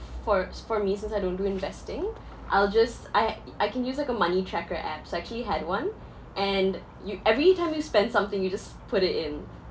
for for me since I don't do investing I'll just I I can use like a money tracker app so I actually had one and you every time you spend something you just put it in